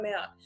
out